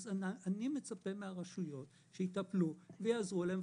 אני מצפה מהרשויות שיטפלו ויעזרו להם,